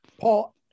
Paul